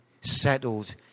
Settled